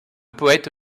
poète